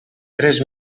tres